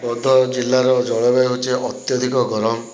ବୌଦ୍ଧ ଜିଲ୍ଲାର ଜଳବାୟୁ ହେଉଛି ଅତ୍ୟଧିକ ଗରମ